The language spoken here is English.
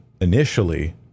initially